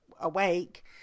awake